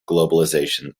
globalization